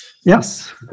Yes